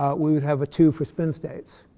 ah we would have a two for spin states.